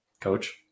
Coach